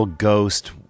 Ghost